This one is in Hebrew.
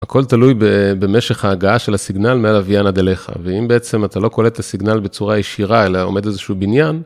הכל תלוי במשך ההגעה של הסיגנל מהלווין עד אליך ואם בעצם אתה לא קולט את הסיגנל בצורה ישירה אלא עומד איזשהו בניין.